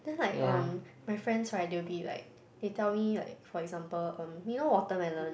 then like um my friends right they'll be like they tell me like for example um you know watermelon